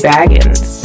Baggins